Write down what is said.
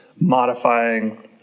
modifying